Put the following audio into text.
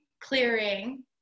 clearing